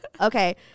Okay